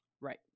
Right